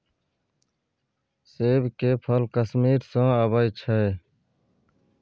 सेब के फल कश्मीर सँ अबई छै